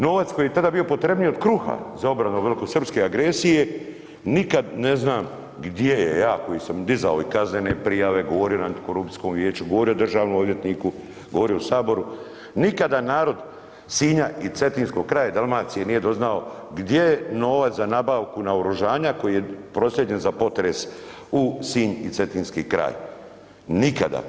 Novac koji je tada bio potrebniji od kruha za obranu od velikosrpske agresije nikad ne znam gdje je, ja koji sam dizao i kaznene prijave, govorio na Antikorupcijskom vijeću, govorio državnom odvjetniku, govorio u saboru, nikada narod Sinja i Cetinskog kraja Dalmacije nije doznao gdje je novac za nabavku naoružanja koji je proslijeđen za potres u Sinj i Cetinski kraj, nikada.